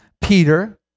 Peter